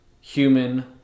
human